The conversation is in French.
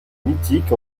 mythique